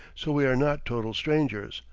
so we are not total strangers,